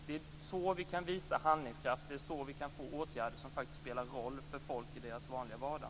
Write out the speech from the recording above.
Det är så vi kan visa handlingskraft, och det är så vi kan få åtgärder som faktiskt spelar roll för folk i deras vanliga vardag.